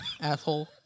Asshole